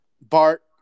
Bart